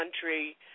country